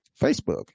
facebook